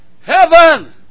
heaven